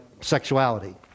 sexuality